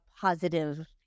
positive